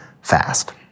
fast